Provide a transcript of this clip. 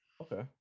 okay